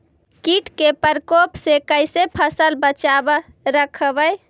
कीट के परकोप से कैसे फसल बचाब रखबय?